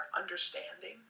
understanding